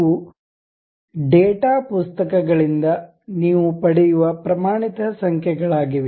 ಇವು ಡೇಟಾ ಪುಸ್ತಕಗಳಿಂದ ನೀವು ಪಡೆಯುವ ಪ್ರಮಾಣಿತ ಸಂಖ್ಯೆಗಳಾಗಿವೆ